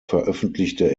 veröffentlichte